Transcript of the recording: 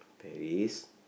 Paris